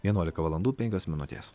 vienuolika valandų penkios minutės